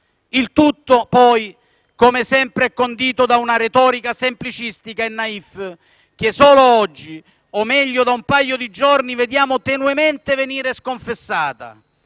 Il tutto, poi, come sempre, condito da una retorica semplicistica e *naïf* che solo oggi, o meglio da un paio di giorni, vediamo tenuemente venire sconfessata,